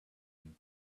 and